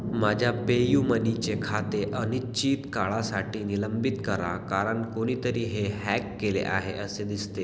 माझ्या पेयूमनीचे खाते अनिश्चित काळासाठी निलंबित करा कारण कोणीतरी हे हॅक केले आहे असे दिसते